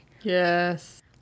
Yes